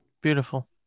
Beautiful